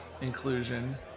inclusion